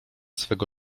swego